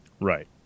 Right